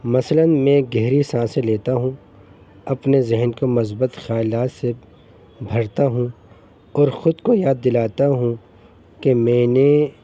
مثلاً میں گہری سانسیں لیتا ہوں اپنے ذہن کو مثبت خیالات سے بھرتا ہوں اور خود کو یاد دلاتا ہوں کہ میں نے